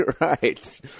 right